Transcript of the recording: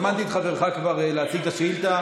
אני כבר הזמנתי את חברך להציג את השאילתה.